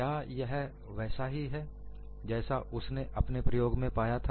क्या यह वैसा ही है जैसा उसने अपने प्रयोग में पाया था